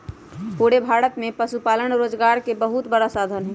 पूरे भारत में पशुपालन रोजगार के बहुत बड़ा साधन हई